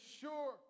sure